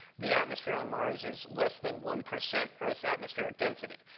the atmosphere on mars is less than one percent earth's atmospheric density.